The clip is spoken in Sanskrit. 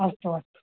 अस्तु अस्तु